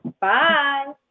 bye